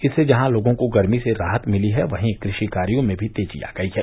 इससे जहां लोगों को गर्मी से राहत मिली है वहीं कृशि कार्यों में भी तेजी आ गयी है